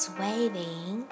waving